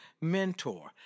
mentor